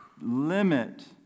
limit